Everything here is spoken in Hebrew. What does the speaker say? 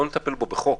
לא נטפל בו בחוק,